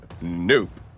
nope